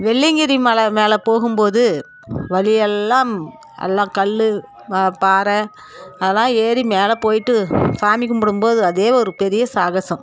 வெள்ளியங்கிரி மலை மேல் போகும்போது வழியெல்லாம் எல்லா கல் வா பாறை அதலால் ஏறி மேலே போய்விட்டு சாமி கும்பிடும்போது அதே ஒரு பெரிய சாகசம்